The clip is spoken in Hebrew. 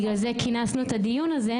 בגלל זה כינסנו את הדיון הזה,